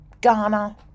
Ghana